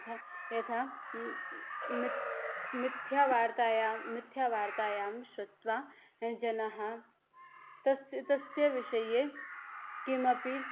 यथा मिथ् मिथ्यावार्तायां मिथ्यावार्तायां श्रुत्वा जनः तस्य तस्यविषये किमपि